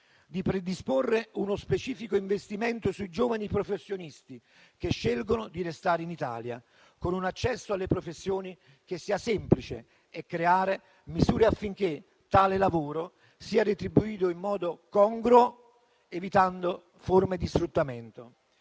a predisporre uno specifico investimento sui giovani professionisti che scelgono di restare in Italia, con un accesso alle professioni che sia semplice e a predisporre le misure affinché tale lavoro sia congruamente retribuito, evitando forme di sfruttamento;